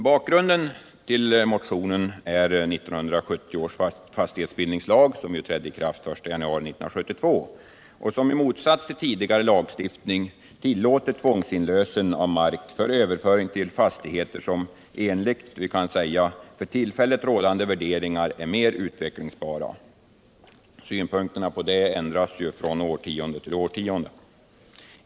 Bakgrunden till motionen är 1970 års fastighetsbildningslag som trädde i kraft den 1 januari 1972, och som i motsats till tidigare lagstiftning tillåter tvångsinlösen av mark för överföring till fastigheter som enligt för tillfället rådande värderingar är mera utvecklingsbara. Synpunkterna på detta ändras ju från årtionde till årtionde.